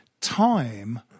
time